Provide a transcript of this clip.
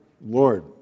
Lord